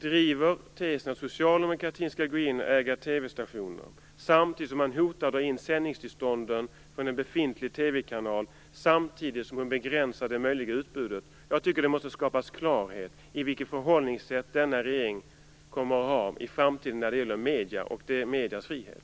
driver tesen att Socialdemokraterna skall gå in och äga TV-stationer, samtidigt som hon hotar att dra in sändningstillstånden från en befintlig TV-kanal och samtidigt som hon vill begränsa det möjliga utbudet. Jag tycker att det måste skapas klarhet i vilket förhållningssätt denna regering kommer att ha i framtiden när det gäller medierna och mediernas frihet.